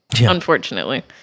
unfortunately